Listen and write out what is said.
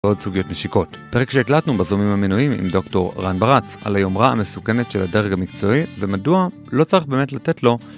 ועוד סוגיות משיקות. פרק שהקלטנו בזומים המנויים עם דוקטור רן ברץ על היומרה המסוכנת של הדרג המקצועי ומדוע לא צריך באמת לתת לו